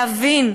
להבין,